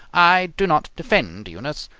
i do not defend eunice,